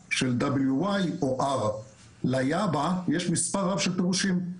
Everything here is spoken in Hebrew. לוגו של WY או ARA. ל'יאבה' יש מספר רב של פירושים,